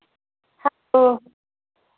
hello